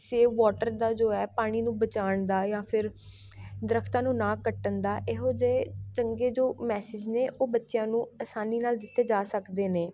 save water ਦਾ ਜੋ ਹੈ ਪਾਣੀ ਨੂੰ ਬਚਾਉਣ ਦਾ ਜਾਂ ਫਿਰ ਦਰੱਖਤਾਂ ਨੂੰ ਨਾ ਕੱਟਣ ਦਾ ਇਹੋ ਜਿਹੇ ਚੰਗੇ ਜੋ ਮੈਸੇਜ ਨੇ ਉਹ ਬੱਚਿਆਂ ਨੂੰ ਆਸਾਨੀ ਨਾਲ ਦਿੱਤੇ ਜਾ ਸਕਦੇ ਨੇ